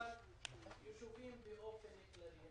והכוונה ליישובים באופן כללי.